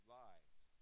lives